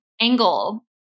angle